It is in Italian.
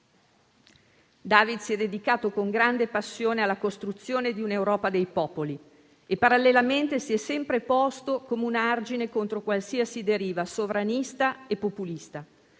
David si è dedicato con grande passione alla costruzione di un'Europa dei popoli e parallelamente si è sempre posto come un argine contro qualsiasi deriva sovranista e populista,